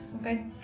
Okay